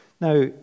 Now